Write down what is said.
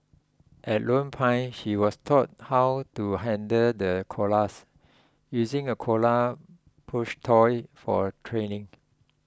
at Lone Pine she was taught how to handle the koalas using a koala plush toy for training